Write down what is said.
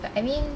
but I mean